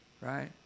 right